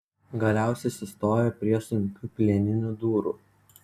galiausiai sustojo prie sunkių plieninių durų